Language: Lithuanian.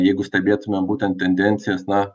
jeigu stebėtumėm būtent tendencijas na